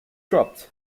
dropped